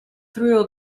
through